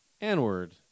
N-word